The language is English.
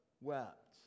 wept